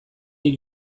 gain